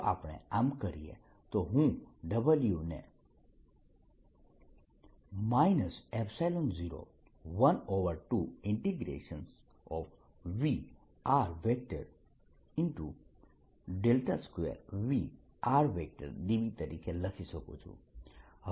જો આપણે આમ કરીએ તો હું W ને 012Vr2VrdV તરીકે લખી શકું